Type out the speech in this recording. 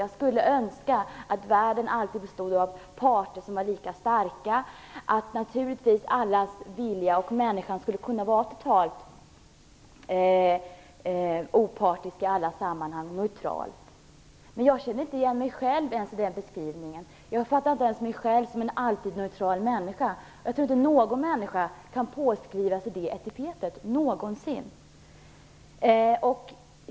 Jag skulle önska att världen alltid bestod av parter som var lika starka, att alla visar god vilja och att människan skulle vara total opartisk i alla sammanhang och neutral. Men jag känner inte ens igen mig själv i den beskrivningen. Jag uppfattar inte ens mig själv som en alltid neutral människa. Jag tror inte att någon människa någonsin kan ge sig själv det epitetet.